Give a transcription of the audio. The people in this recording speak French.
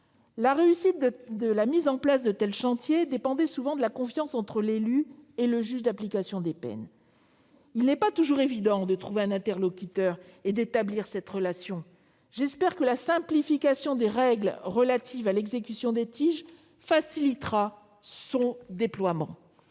La réussite de la mise en place de tels chantiers dépendait souvent de la confiance entre l'élu et le JAP. Il n'est pas toujours évident de trouver un interlocuteur et d'établir cette relation. J'espère donc que la simplification des règles relatives à l'exécution des TIG facilitera son déploiement.